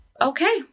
Okay